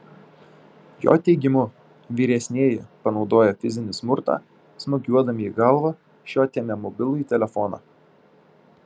jo teigimu vyresnieji panaudoję fizinį smurtą smūgiuodami į galvą iš jo atėmė mobilųjį telefoną